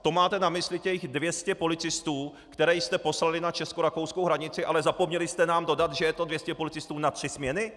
To máte na mysli těch 200 policistů, které jste poslali na českorakouskou hranici, ale zapomněli jste nám dodat, že je to 200 policistů na tři směny?